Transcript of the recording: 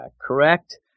correct